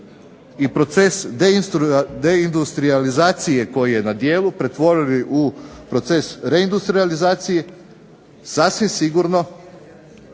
i proces deindustrijalizacije koji je na djelu, pretvorili u proces reindustrijalizacije sasvim sigurno